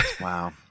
Wow